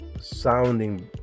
sounding